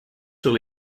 sur